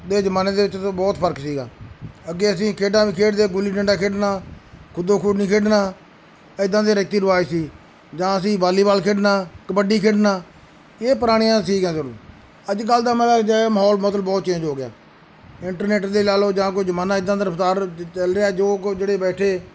ਦੇ ਜ਼ਮਾਨੇ ਦੇ ਵਿੱਚ ਤਾਂ ਬਹੁਤ ਫਰਕ ਸੀਗਾ ਅੱਗੇ ਅਸੀਂ ਖੇਡਾਂ ਵੀ ਖੇਡਦੇ ਗੁੱਲੀ ਡੰਡਾ ਖੇਡਣਾ ਖੁੱਦੋ ਖੂਨੀ ਖੇਡਣਾ ਇੱਦਾਂ ਦੇ ਰੀਤੀ ਰਿਵਾਜ ਸੀ ਜਾਂ ਅਸੀਂ ਵਾਲੀਬਾਲ ਖੇਡਣਾ ਕਬੱਡੀ ਖੇਡਣਾ ਇਹ ਪੁਰਾਣੀਆਂ ਸੀਗੀਆਂ ਜ਼ਰੂਰ ਅੱਜ ਕੱਲ੍ਹ ਦਾ ਮ ਜਿਹਾ ਮਾਹੌਲ ਮਤਲਬ ਬਹੁਤ ਚੇਂਜ ਹੋ ਗਿਆ ਇੰਟਰਨੈਟ ਦੇ ਲਾ ਲਓ ਜਾਂ ਕੋਈ ਜ਼ਮਾਨਾ ਇੱਦਾਂ ਦਾ ਰਫਤਾਰ ਚੱਲ ਰਿਹਾ ਜੋ ਜਿਹੜੇ ਬੈਠੇ